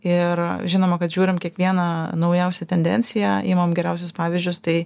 ir žinoma kad žiūrim kiekvieną naujausią tendenciją imam geriausius pavyzdžius tai